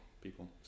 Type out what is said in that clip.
people